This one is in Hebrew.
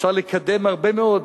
אפשר לקדם הרבה מאוד